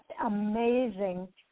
amazing